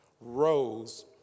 rose